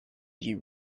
you